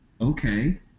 Okay